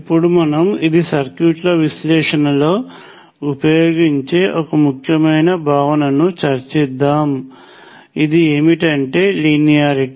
ఇప్పుడు మనము ఇది సర్క్యూట్ల విశ్లేషణలో ఉపయోగించే ఒక ముఖ్యమైన భావనను చర్చిద్దాము ఇది ఏమిటంటే లీనియారిటీ